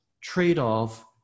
trade-off